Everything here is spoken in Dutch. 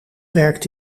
werkt